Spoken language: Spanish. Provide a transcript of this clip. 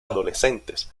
adolescentes